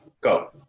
Go